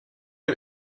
dem